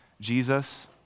Jesus